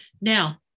Now